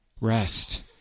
Rest